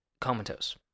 comatose